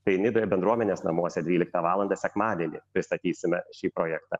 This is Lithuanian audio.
tai nidoje bendruomenės namuose dvyliktą valandą sekmadienį pristatysime šį projektą